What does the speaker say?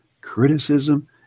criticism